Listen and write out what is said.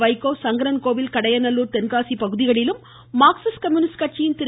வைகோ சங்கரன் கோவில் கடையநல்லூர் தென்காசி பகுதிகளிலும் Marxist Communist கட்சியின் திரு